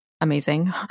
amazing